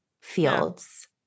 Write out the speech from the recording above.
fields